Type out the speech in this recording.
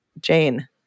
Jane